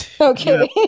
Okay